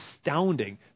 astounding